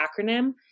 acronym